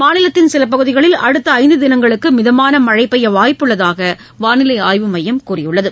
மாநிலத்தின் சில பகுதிகளில் அடுத்த ஐந்து தினங்களுக்கு மிதமான மழை பெய்ய வாய்ப்புள்ளதாக வானிலை ஆய்வு மையம் கூறியுள்ளது